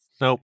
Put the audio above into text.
Nope